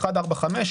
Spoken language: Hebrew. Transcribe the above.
1,4,5,